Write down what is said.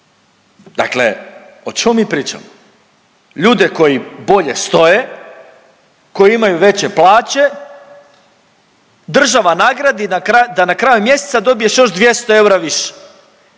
Dakle o čemu mi pričamo. Ljude koji bolje stoje, koji imaju veće plaće država nagradi da na kraju mjeseca dobiješ još 200 eura više